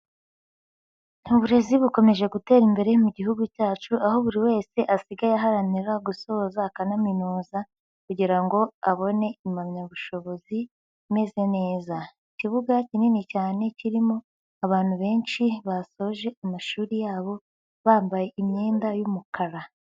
Uburezi bukomeje gutera imbere mu Gihugu cyacu, aho buri wese asigaye aharanira gusoza akanaminuza kugira ngo abone impamyabushobozi imezeze neza, ikibuga kinini cyane kirimo abantu benshi basoje amashuri yabo bambaye imyenda y'umukara.